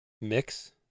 mix